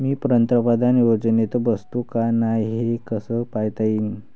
मी पंतप्रधान योजनेत बसतो का नाय, हे कस पायता येईन?